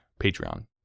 Patreon